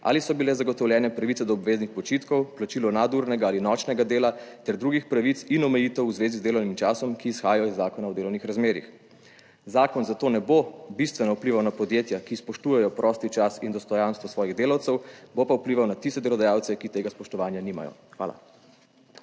ali so bile zagotovljene pravice do obveznih počitkov, plačilo nadurnega ali nočnega dela ter drugih pravic in omejitev v zvezi z delovnim časom, ki izhajajo iz zakona o delovnih razmerjih. Zakon za to ne bo bistveno vplival na podjetja, ki spoštujejo prosti čas in dostojanstvo svojih delavcev, bo pa vplival na tiste delodajalce, ki tega spoštovanja nimajo. Hvala.